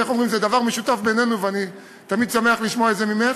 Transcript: זה דבר משותף לנו, ואני תמיד שמח לשמוע את זה ממך.